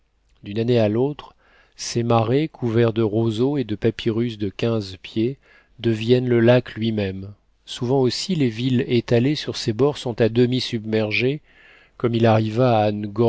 d'une année à l'autre ces marais couverts de roseaux et de papyrus de quinze pieds deviennent le lac lui-même souvent aussi les villes étalées sur ses bords sont à demi submergées comme il arriva